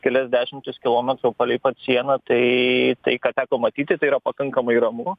kelias dešimtis kilometrų palei pat sieną tai tai ką teko matyti tai yra pakankamai ramu